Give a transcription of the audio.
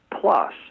Plus